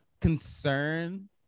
concern